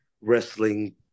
wrestling